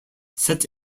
set